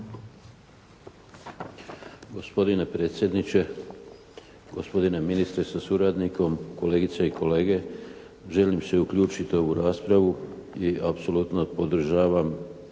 Gospodine predsjedniče, gospodine ministre sa suradnikom, kolegice i kolege želim se uključiti u ovu raspravu i apsolutno podržavam